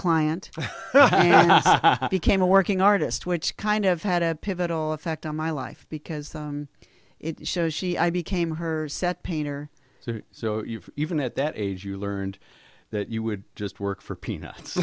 client became a working artist which kind of had a pivotal effect on my life because it shows she i became her set painter so you even at that age you learned that you would just work for peanuts